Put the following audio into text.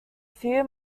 few